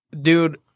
dude